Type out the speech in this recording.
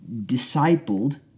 discipled